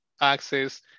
access